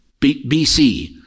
bc